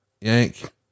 yank